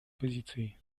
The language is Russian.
позицией